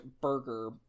burger